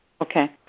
Okay